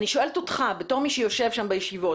שואלת אותך בתור מי שיושב שם בישיבות.